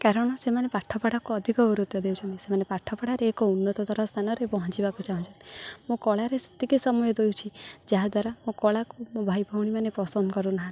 କାରଣ ସେମାନେ ପାଠପଢ଼ାକୁ ଅଧିକ ଗୁରୁତ୍ୱ ଦେଉଛନ୍ତି ସେମାନେ ପାଠପଢ଼ାରେ ଏକ ଉନ୍ନତତର ସ୍ଥାନରେ ପହଞ୍ଚିବାକୁ ଚାହୁଁଛନ୍ତି ମୁଁ କଳାରେ ସେତିକି ସମୟ ଦେଉଛି ଯାହାଦ୍ୱାରା ମୋ କଳାକୁ ମୋ ଭାଇ ଭଉଣୀମାନେ ପସନ୍ଦ କରୁନାହାଁନ୍ତି